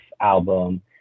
album